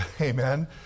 Amen